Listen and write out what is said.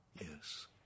Yes